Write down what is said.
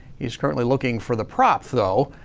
he's currently looking for the prop though.